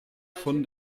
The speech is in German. von